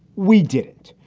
we did it.